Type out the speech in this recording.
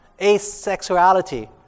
asexuality